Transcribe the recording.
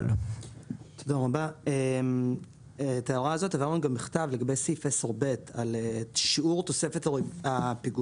את הערה הזאת העברנו גם בכתב לגבי סעיף 10(ב) על שיעור תוספת הפיגורים.